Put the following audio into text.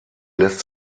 lässt